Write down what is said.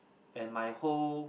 and my whole